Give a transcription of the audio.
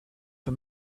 for